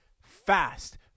fast